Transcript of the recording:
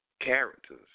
Characters